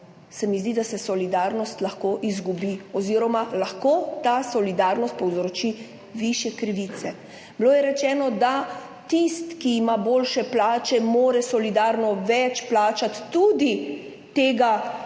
se mi zdi, da se solidarnost lahko izgubi oziroma lahko ta solidarnost povzroči višje krivice. Rečeno je bilo, da mora tisti, ki ima boljšo plačo, solidarno plačati tudi več